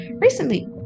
recently